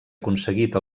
aconseguit